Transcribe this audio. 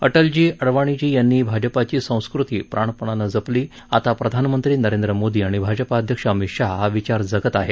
अटलजी अडवाणी यांनी भाजपाची संस्कृती प्राणपणानं जपली आता प्रधानमंत्री नरेंद्र मोदी आणि भाजपा अध्यक्ष अमित शहा हा विचार जगत आहेत